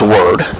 Word